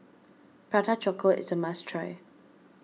Prata Chocolate is a must try